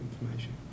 information